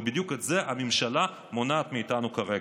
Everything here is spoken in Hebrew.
ובדיוק את זה הממשלה מונעת מאיתנו כרגע.